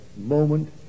moment